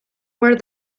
where